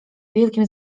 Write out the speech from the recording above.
wielkim